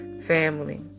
Family